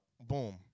boom